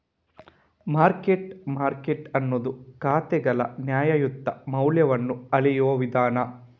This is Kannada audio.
ಮಾರ್ಕ್ ಟು ಮಾರ್ಕೆಟ್ ಅನ್ನುದು ಖಾತೆಗಳ ನ್ಯಾಯಯುತ ಮೌಲ್ಯವನ್ನ ಅಳೆಯುವ ವಿಧಾನ